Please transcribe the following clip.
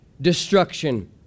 destruction